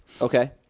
Okay